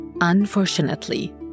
Unfortunately